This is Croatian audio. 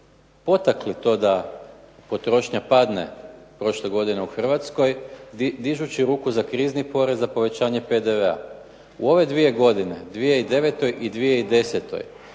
potakli to da potrošnja padne prošle godine u Hrvatskoj dižući ruku za krizni porez, za povećanje PDV-a. U ove dvije godine, 2009. i 2010.